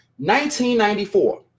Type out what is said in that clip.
1994